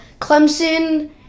Clemson